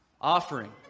Offering